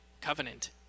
covenant